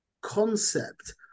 concept